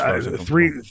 Three